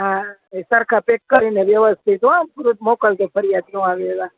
હા ઈ સરખા પેક કરીને વ્યવસ્થિત હોં સુરત મોકલજો ફરિયાદ ન આવે એવા